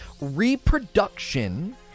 Reproduction